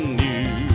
new